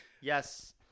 Yes